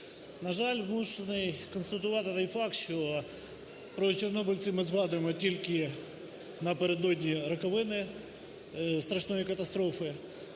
На жаль, змушений констатувати той факт, що про чорнобильців ми згадуємо тільки напередодні роковини страшної катастрофи.